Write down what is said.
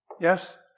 Yes